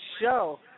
show